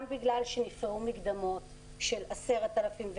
גם בגלל שנפרעו מקדמות של 10,000,